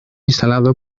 instalado